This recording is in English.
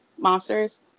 Monsters